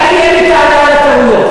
אין לי טענה על הטעויות,